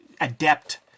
adept